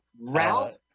Ralph